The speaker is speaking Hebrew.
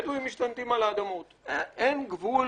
אין גבול